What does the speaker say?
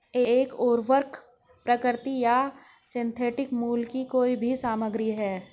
एक उर्वरक प्राकृतिक या सिंथेटिक मूल की कोई भी सामग्री है